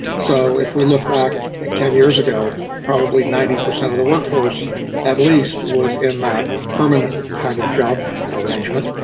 so if we look back ten years ago, probably ninety percent of the workforce at least was in that permanent kind of job arrangement.